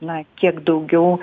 na kiek daugiau